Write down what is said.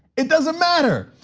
it doesn't matter.